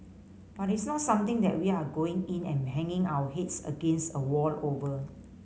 but it's not something that we are going in and banging our heads against a wall over